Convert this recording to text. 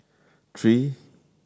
tree